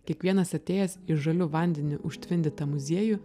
kiekvienas atėjęs į žaliu vandeniu užtvindytą muziejų